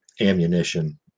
ammunition